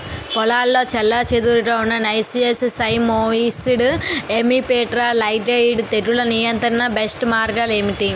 పొలంలో చెల్లాచెదురుగా ఉన్న నైసియస్ సైమోయిడ్స్ హెమిప్టెరా లైగేయిడే తెగులు నియంత్రణకు బెస్ట్ మార్గాలు ఏమిటి?